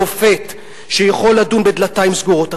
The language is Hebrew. שופט שיכול לדון בדלתיים סגורות.